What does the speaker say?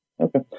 okay